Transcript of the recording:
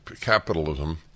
capitalism